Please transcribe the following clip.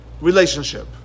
relationship